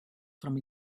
from